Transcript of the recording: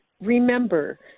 remember